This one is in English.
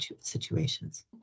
situations